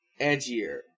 edgier